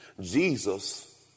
Jesus